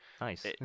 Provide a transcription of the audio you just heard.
nice